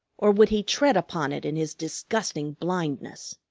or would he tread upon it in his disgusting blindness?